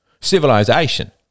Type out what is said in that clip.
Civilization